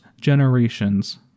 generations